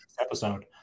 episode